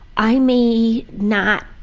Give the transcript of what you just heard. i may not.